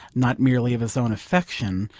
not merely of his own affection,